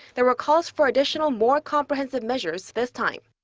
there were calls for additional, more comprehensive measures this time.